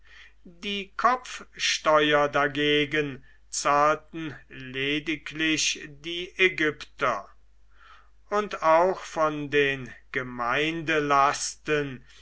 die kopfsteuer dagegen zahlten lediglich die ägypter und auch von den